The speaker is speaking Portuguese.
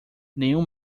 nenhum